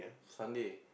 Sunday